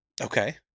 Okay